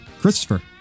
Christopher